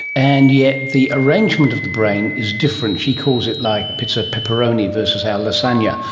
and yet the arrangement of the brain is different. she calls it like pizza pepperoni versus our lasagne. ah